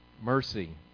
Mercy